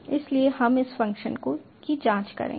इसलिए हम इस फ़ंक्शन की जाँच करेंगे